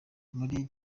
muri